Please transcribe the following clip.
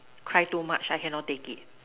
cry too much I cannot take it